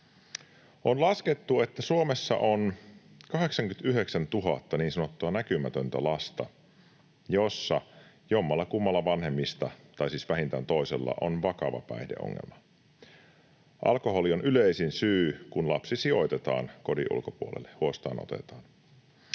On laskettu, että Suomessa on 89 000 niin sanottua näkymätöntä lasta, joista jommallakummalla vanhemmista, tai siis vähintään toisella, on vakava päihdeongelma. Alkoholi on yleisin syy, kun lapsi sijoitetaan kodin ulkopuolelle, huostaanotetaan.